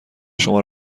شما